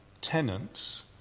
tenants